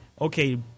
okay